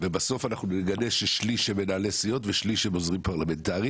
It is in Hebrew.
ובסוף אנחנו נגלה ששליש הם מנהלי סיעות ושליש הם עוזרים פרלמנטריים